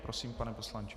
Prosím, pane poslanče.